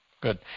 Good